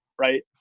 right